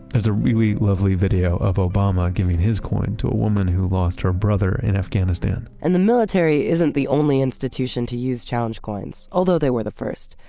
there's a really lovely video of obama giving his coin to a woman who lost her brother in afghanistan and the military isn't the only institution to use challenge coins, although they were the first.